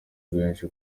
rwinshi